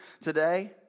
today